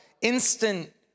Instant